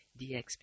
DXP